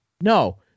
No